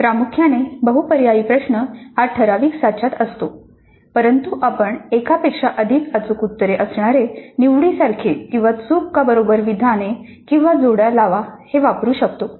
प्रामुख्याने बहुपर्यायी प्रश्न हा ठराविक साच्यात असतो परंतु आपण एकापेक्षा अधिक अचूक उत्तरे असणारे निवडी सारखे किंवा चूक का बरोबर विधाने किंवा जोड्या लावा हे वापरू शकतो